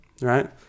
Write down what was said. right